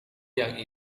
yang